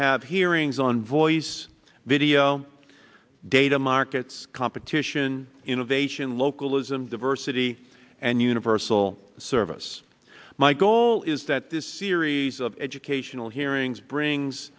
have hearings on voice video data markets competition innovation localism diversity and universal service my goal is that this series of educational hearings brings